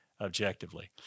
objectively